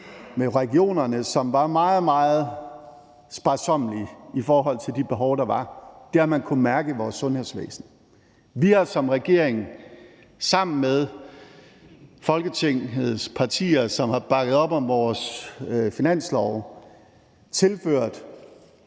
med regionerne, som var meget, meget sparsommelige i forhold til de behov, der var. Det har man kunnet mærke i vores sundhedsvæsen. Vi har som regering sammen med de af Folketingets partier, som har bakket op om vores finanslov, tilført